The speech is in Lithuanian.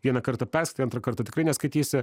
vieną kartą perskaitai antrą kartą tikrai neskaitysi